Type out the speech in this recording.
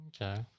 okay